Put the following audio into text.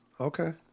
Okay